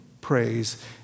praise